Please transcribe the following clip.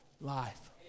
life